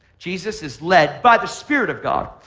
jesus is led by the spirit of god.